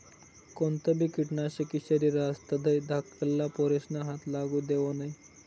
कोणतंबी किटकनाशक ईषारी रहास तधय धाकल्ला पोरेस्ना हाते लागू देवो नै